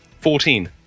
Fourteen